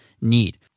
need